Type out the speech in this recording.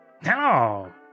Hello